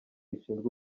rishinzwe